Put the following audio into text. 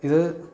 ഇത്